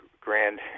grand